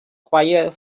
quiet